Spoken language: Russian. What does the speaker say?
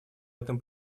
этом